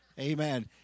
Amen